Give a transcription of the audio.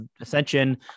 ascension